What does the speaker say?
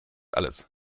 alles